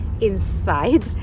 inside